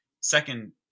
second